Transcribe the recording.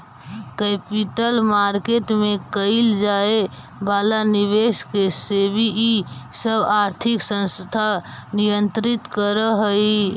capital market में कैइल जाए वाला निवेश के सेबी इ सब आर्थिक संस्थान नियंत्रित करऽ हई